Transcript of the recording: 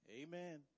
Amen